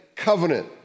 Covenant